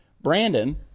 Brandon